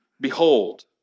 Behold